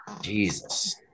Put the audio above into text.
Jesus